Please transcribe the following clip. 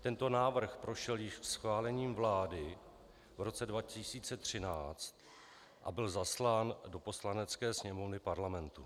Tento návrh prošel již schválením vlády v roce 2013 a byl zaslán do Poslanecké sněmovny Parlamentu.